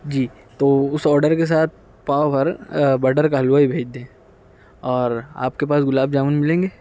جی تو اس آڈر کے ساتھ پاؤ بھر بٹر کا حلوہ بھی بھیج دیں اور آپ کے پاس گلاب جامن ملیں گے